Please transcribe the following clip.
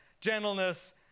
gentleness